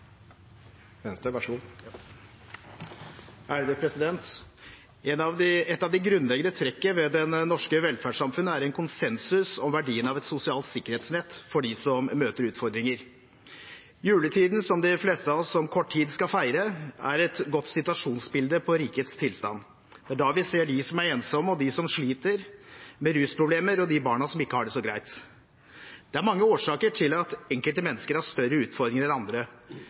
en konsensus om verdien av et sosialt sikkerhetsnett for dem som møter utfordringer. Juletiden, som de fleste av oss om kort tid skal feire, er et godt situasjonsbilde på rikets tilstand. Det er da vi ser dem som er ensomme, dem som sliter med rusproblemer, og de barna som ikke har det så greit. Det er mange årsaker til at enkelte mennesker har større utfordringer enn andre,